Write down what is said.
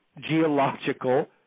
geological